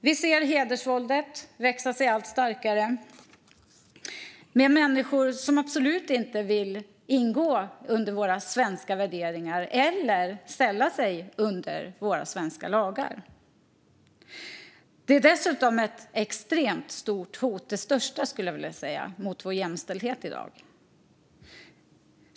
Vi ser hedersvåldet växa sig allt starkare och människor som absolut inte vill rätta sig efter våra svenska värderingar eller ställa sig under våra svenska lagar. Det är dessutom ett extremt stort hot - det största, skulle jag vilja säga - mot vår jämställdhet i dag.